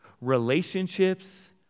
relationships